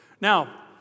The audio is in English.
Now